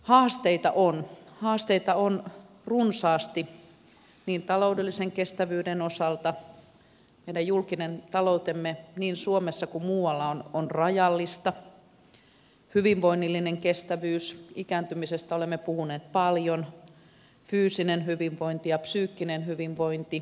haasteita on haasteita on runsaasti niin taloudellisen kestävyyden osalta meidän julkinen taloutemme niin suomessa kuin muualla on rajallista kuin hyvinvoinnillisen kestävyyden osalta ikääntymisestä olemme puhuneet paljon niin fyysisen hyvinvoinnin kuin psyykkisen hyvinvoinnin osalta